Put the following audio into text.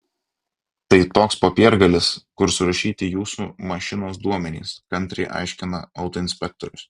tai toks popiergalis kur surašyti jūsų mašinos duomenys kantriai aiškina autoinspektorius